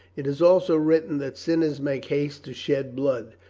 it is also written that sinners make haste to shed blood,